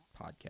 podcast